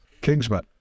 Kingsman